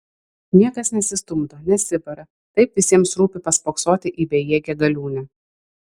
niekas nesistumdo nesibara taip visiems rūpi paspoksoti į bejėgę galiūnę